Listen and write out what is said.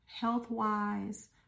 health-wise